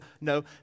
No